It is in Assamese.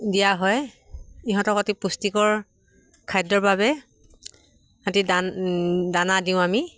দিয়া হয় ইহঁতক অতি পুষ্টিকৰ খাদ্যৰ বাবে এটি দান দানা দিওঁ আমি